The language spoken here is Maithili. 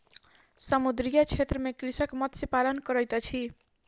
समुद्रीय क्षेत्र में कृषक मत्स्य पालन करैत अछि